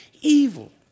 evil